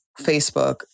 Facebook